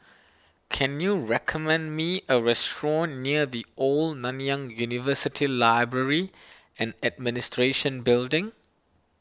can you recommend me a restaurant near the Old Nanyang University Library and Administration Building